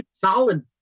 solid